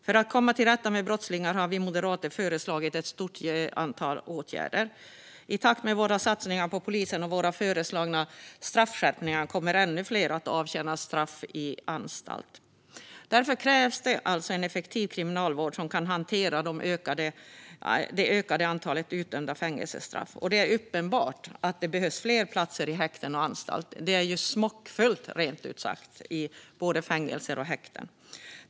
För att komma till rätta med brottsligheten har vi moderater föreslagit ett stort antal åtgärder. I takt med våra satsningar på polisen och våra föreslagna straffskärpningar kommer ännu fler att avtjäna straff i anstalt. Därför krävs en effektiv kriminalvård som kan hantera det ökade antalet utdömda fängelsestraff. Det är uppenbart att det behövs fler platser i häkten och anstalter. Det är smockfullt, rent ut sagt, i både fängelser och häkten.